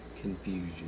confusion